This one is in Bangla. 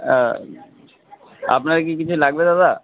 হ্যাঁ আপনার কি কিছু লাগবে দাদা